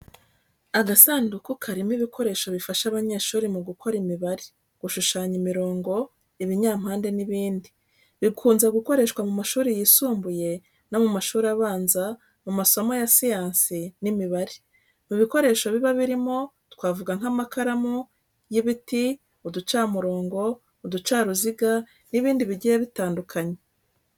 Agasanduku karimo ibikoresho bifasha abanyeshuri mu gukora imibare, gushushanya imirongo, ibinyampande n’ibindi. Bikunze gukoreshwa mu mashuri yisumbuye no mu mashuri abanza mu masomo ya siyansi n'imibare. Mu bikoresho biba birimo twavuga nk’amakaramu y'ibiti, uducamurongo, uducaruziga n’ibindi bigiye bitandukanye.